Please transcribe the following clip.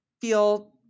feel